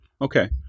Okay